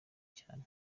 cyane